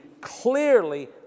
clearly